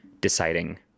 deciding